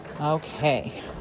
Okay